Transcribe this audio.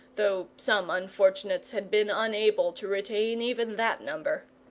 though some unfortunates had been unable to retain even that number.